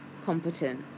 competent